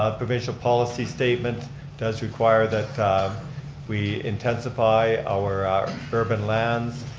ah provincial policy statement does require that we intensify our our urban lands,